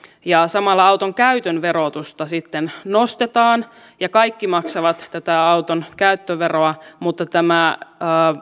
ja samalla auton käytön verotusta sitten nostetaan ja kaikki maksavat tätä auton käyttöveroa mutta tämä